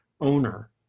owner